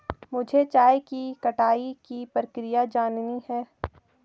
मुझे चाय की कटाई की प्रक्रिया जाननी है